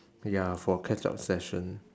ya for catch up session